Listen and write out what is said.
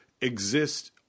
exist